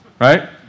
Right